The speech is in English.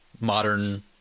modern